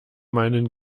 meinen